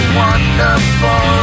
wonderful